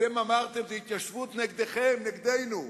אתם אמרתם: זה התיישבות נגדכם, נגדנו,